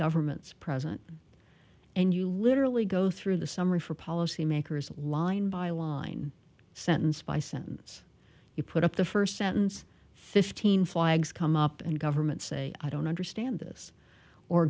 governments present and you literally go through the summary for policymakers line by line sentence by sentence you put up the first sentence fifteen flags come up and governments say i don't understand this or